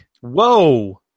Whoa